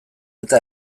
eta